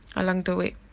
along the way